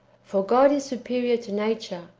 for god is superior to nature,